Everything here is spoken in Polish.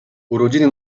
urodziny